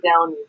down